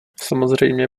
samozřejmě